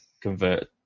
convert